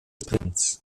prinz